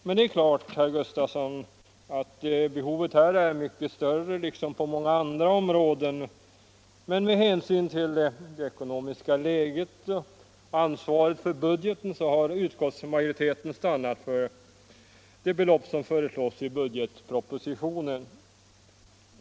Men det är klart, herr Gustafson, att behoven är större, här liksom på så många andra områden. Med hänsyn till det ekonomiska läget och ansvaret för budgeten har utskottsmajoriteten dock stannat för det belopp som föreslås i budgetpropositionen.